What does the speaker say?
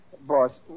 Boss